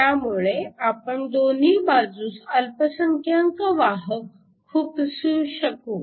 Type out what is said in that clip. त्यामुळे आपण दोन्ही बाजूस अल्पसंख्यांक वाहक खुपसू शकू